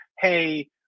hey